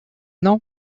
non